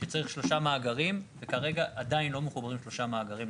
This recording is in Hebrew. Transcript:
שצריך שלושה מאגרים וכרגע עדיין לא מחוברים שלושה מאגרים,